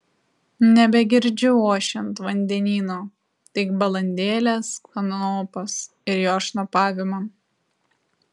nebegirdžiu ošiant vandenyno tik balandėlės kanopas ir jos šnopavimą